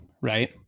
right